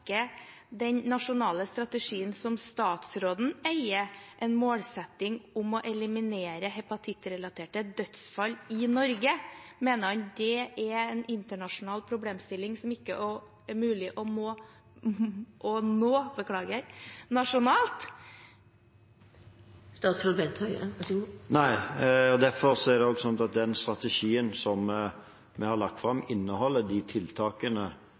den nasjonale strategien som statsråden eier, en målsetting om å eliminere hepatittrelaterte dødsfall i Norge? Mener han at det er en internasjonal problemstilling som det ikke er mulig å nå nasjonalt? Nei, og derfor er det også sånn at den strategien som vi har lagt fram, inneholder de tiltakene